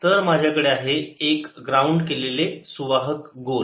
तर माझ्याकडे आहे एक ग्राउंड केलेले सुवाहक गोल